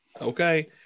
Okay